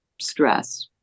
stress